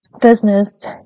business